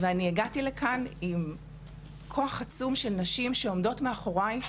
הגעתי לכאן עם כוח עצום של נשים שעומדות מאחורי,